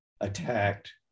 attacked